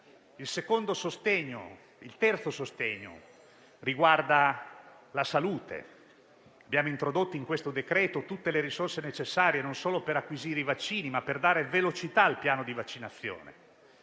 Il terzo sostegno riguarda la salute. Abbiamo introdotto in questo decreto-legge tutte le risorse necessarie non solo per acquisire i vaccini, ma per dare velocità al piano di vaccinazione.